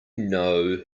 know